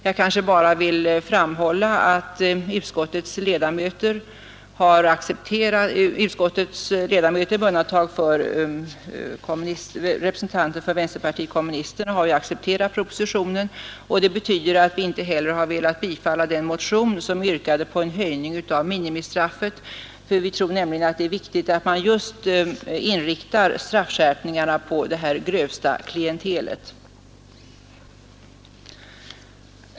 Jag vill bara framhålla att utskottets ledamöter med undantag av vänsterpartiet kommunisternas representant har accepterat propositionen, och det betyder att vi inte heller velat bifalla den motion som yrkade på höjning av minimistraffet. Jag tror att det är viktigt att man just inriktar straffskärpningarna på det grövsta klientelet.